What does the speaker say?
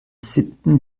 siebten